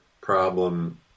problem